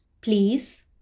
Please